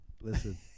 Listen